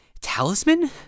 talisman